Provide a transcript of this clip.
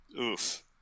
Oof